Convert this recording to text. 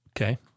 Okay